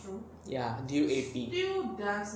ya due A_P